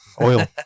Oil